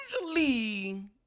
usually